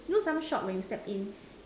you know some shop when you step in